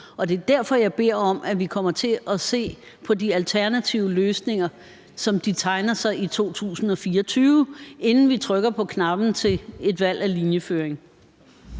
år. Det er derfor, jeg beder om, at vi kommer til at se på de alternative løsninger, som de tegner sig i 2024, inden vi trykker på knappen for et valg af linjeføring.